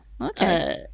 okay